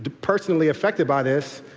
personally affected by this,